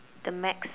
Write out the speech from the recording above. the max